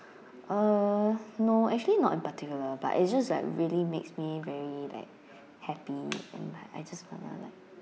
uh no actually not in particular but it just like really makes me very like happy and I just want to like